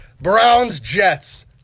Browns-Jets